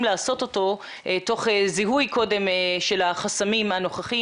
לעשות אותו תוך זיהוי החסמים הנוכחיים.